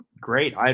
great